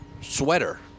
sweater